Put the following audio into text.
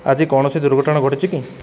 ଆଜି କୌଣସି ଦୁର୍ଘଟଣା ଘଟିଛି କି